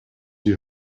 you